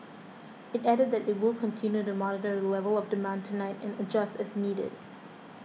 it added that it will continue to monitor the level of demand tonight and adjust as needed